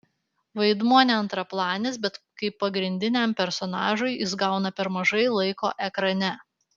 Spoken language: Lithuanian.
vaidmuo ne antraplanis bet kaip pagrindiniam personažui jis gauna per mažai laiko ekrane